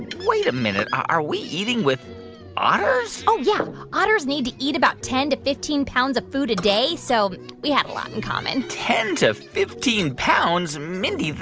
and wait a minute. are we eating with otters? oh, yeah. otters need to eat about ten to fifteen pounds of food a day. so we have a lot in common ten to fifteen pounds? mindy,